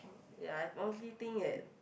ya I honestly think that